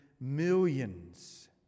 millions